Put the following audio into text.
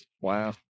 wow